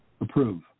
approve